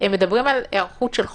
הם מדברים על היערכות של חודש.